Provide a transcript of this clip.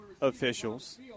officials